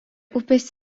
upės